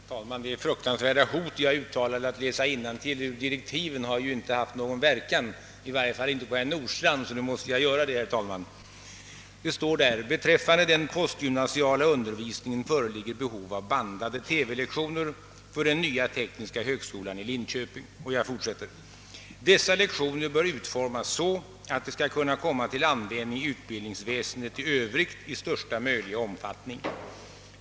Herr talman! Det fruktansvärda hot jag uttalade, att jag skulle läsa innantill ur direktiven, har inte haft någon verkan, i varje fall inte på herr Nordstrandh. Nu måste jag alltså göra en uppläsning, herr talman. Det står: »Beträffande den postgymnasiala undervisningen föreligger behov av bandade tvlektioner för den nya tekniska högskolan i Linköping. Dessa lektioner bör utformas så att de skall kunna komma till användning i utbildningsväsendet i övrigt i största möjliga omfattning.